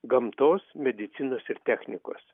gamtos medicinos ir technikos